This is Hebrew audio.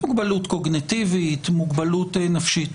מוגבלות קוגניטיבית, מוגבלות נפשית.